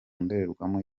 ndorerwamo